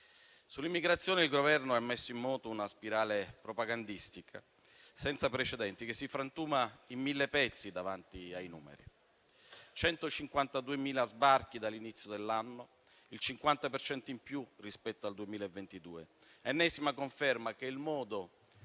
Sull'immigrazione il Governo ha messo in moto una spirale propagandistica senza precedenti, che si frantuma in mille pezzi davanti ai numeri: 152.000 sbarchi dall'inizio dell'anno, il 50 per cento in più rispetto al 2022, ennesima conferma che il modo